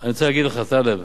אני רוצה להגיד לך, טלב: